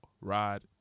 ride